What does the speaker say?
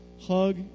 hug